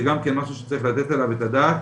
זה גם כן משהו שצריך לתת עליו את הדעת,